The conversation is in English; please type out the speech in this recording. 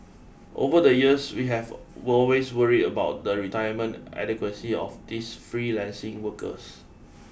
over the years we have will always worried about the retirement adequacy of these freelancing workers